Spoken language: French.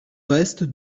reste